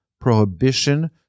prohibition